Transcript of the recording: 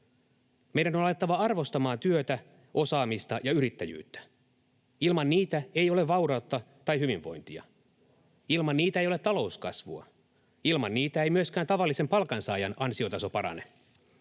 Meidän on alettava arvostamaan työtä, osaamista ja yrittäjyyttä. Ilman niitä ei ole vaurautta tai hyvinvointia. Ilman niitä ei ole talouskasvua. Ilman niitä ei myöskään tavallisen palkansaajan ansiotaso parane.